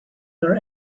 are